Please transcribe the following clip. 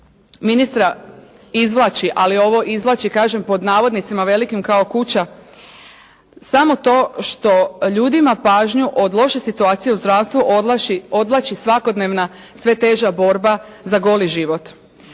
Ministra izvlači, ali ovo izvlači kažem pod navodnicima velikim kao kuća, samo to što ljudima pažnju od loše situacije u zdravstvu odvlači svakodnevna sve teža borba za goli život.